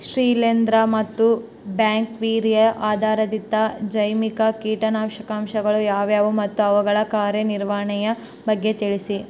ಶಿಲೇಂದ್ರ ಮತ್ತು ಬ್ಯಾಕ್ಟಿರಿಯಾ ಆಧಾರಿತ ಜೈವಿಕ ಕೇಟನಾಶಕಗಳು ಯಾವುವು ಮತ್ತು ಅವುಗಳ ಕಾರ್ಯನಿರ್ವಹಣೆಯ ಬಗ್ಗೆ ತಿಳಿಸಿ?